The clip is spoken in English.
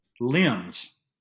limbs